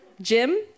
Jim